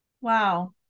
Wow